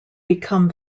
become